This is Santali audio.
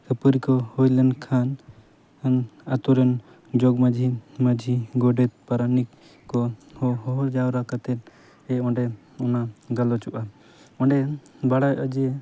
ᱠᱷᱟᱹᱯᱟᱹᱨᱤ ᱠᱚ ᱦᱩᱭᱞᱮᱱ ᱠᱷᱟᱱ ᱟᱛᱳ ᱨᱮᱱ ᱡᱚᱜᱽ ᱢᱟᱹᱡᱷᱤ ᱢᱟᱹᱡᱷᱤ ᱜᱚᱰᱮᱛ ᱯᱟᱨᱟᱱᱤᱠ ᱠᱚ ᱦᱚᱦᱚ ᱡᱟᱣᱨᱟ ᱠᱟᱛᱮᱫ ᱮ ᱚᱸᱰᱮ ᱚᱱᱟ ᱜᱟᱞᱚᱪᱚᱜᱼᱟ ᱚᱸᱰᱮ ᱵᱟᱲᱟᱭᱚᱜᱼᱟ ᱡᱮ